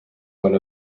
one